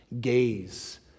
gaze